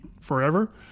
forever